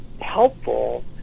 helpful